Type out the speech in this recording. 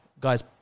Guys